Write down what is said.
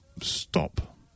stop